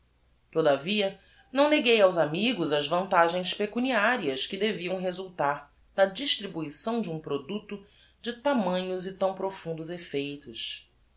todavia não neguei aos amigos as vantagens pecuniarias que deviam resultar da distribuição de um producto de tamanhos e tão profundos effeitos